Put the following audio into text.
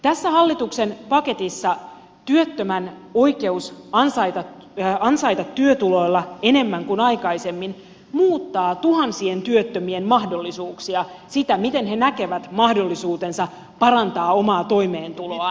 tässä hallituksen paketissa työttömän oikeus ansaita työtuloilla enemmän kuin aikaisemmin muuttaa tuhansien työttömien mahdollisuuksia sitä miten he näkevät mahdollisuutensa parantaa omaa toimeentuloaan